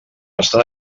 estan